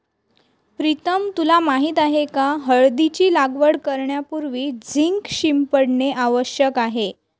प्रीतम तुला माहित आहे का हळदीची लागवड करण्यापूर्वी झिंक शिंपडणे आवश्यक आहे